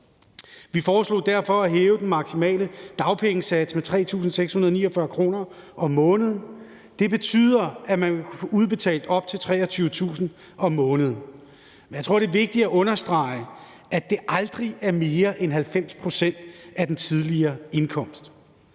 Vi foreslog derfor at hæve den maksimale dagpengesats med 3.649 kr. om måneden, og det betyder, at man vil kunne få udbetalt op til 23.000 kr. om måneden. Jeg tror, det er vigtigt at understrege, at det aldrig er mere end 90 pct. af den tidligere indkomst,